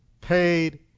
paid